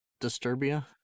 Disturbia